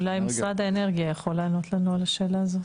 אולי משרד האנרגיה יכול לענות לנו על השאלה הזאת.